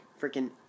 freaking